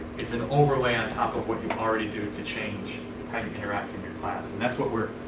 it's an overlay on top of what you already do to change how you interact in your class. and that's what we're.